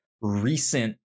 recent